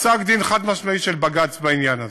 פסק-דין חד-משמעי של בג"ץ בעניין הזה.